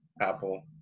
Apple